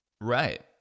Right